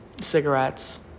Cigarettes